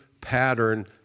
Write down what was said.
pattern